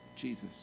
Jesus